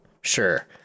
Sure